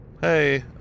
hey